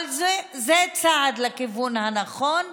אבל זה צעד בכיוון הנכון,